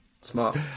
Smart